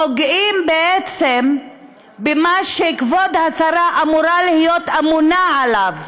פוגעים בעצם במה שכבוד השרה אמורה להיות אמונה עליו.